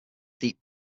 deep